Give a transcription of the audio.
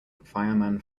fireman